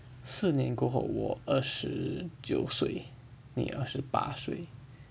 四年过后我二十九岁你二十八岁